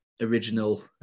original